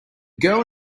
girl